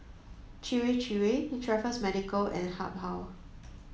Chir Chir Raffles Medical and Habhal